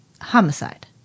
homicide